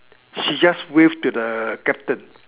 she just wave to the captain